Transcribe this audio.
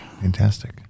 Fantastic